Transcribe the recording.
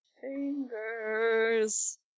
Fingers